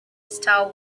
star